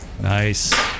Nice